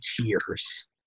tears